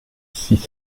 six